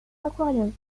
aquariums